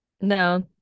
No